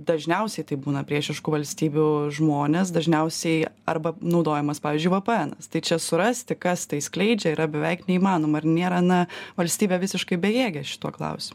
dažniausiai tai būna priešiškų valstybių žmones dažniausiai arba naudojamas pavyzdžiui vpnas tai čia surasti kas tai skleidžia yra beveik neįmanoma ar nėra na valstybė visiškai bejėgė šituo klausimu